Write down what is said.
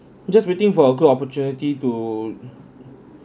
just waiting for a good opportunity to